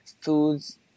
Foods